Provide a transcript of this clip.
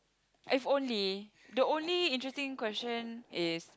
if only the only interesting question is